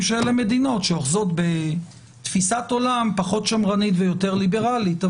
שאלה מדינות שאוחזות בתפיסת עולם פחות שמרנית ויותר ליברלית.